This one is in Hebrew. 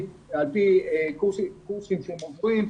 על פי קורסים שהם עוברים.